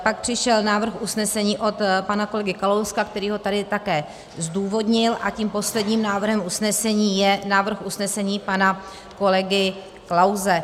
Pak přišel návrh usnesení od pana kolegy Kalouska, který ho tady také zdůvodnil, a tím posledním návrhem usnesení je návrh usnesení pana kolegy Klause.